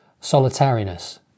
solitariness